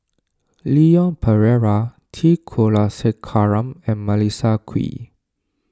Leon Perera T Kulasekaram and Melissa Kwee